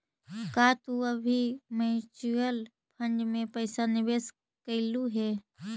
का तू कभी म्यूचुअल फंड में पैसा निवेश कइलू हे